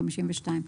52,